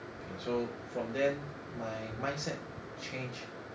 okay so from then my mindset change